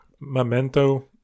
Memento